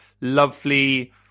lovely